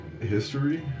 History